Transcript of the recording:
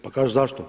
Pa kažu zašto?